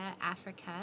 Africa